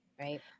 right